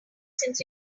since